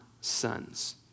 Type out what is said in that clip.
sons